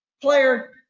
player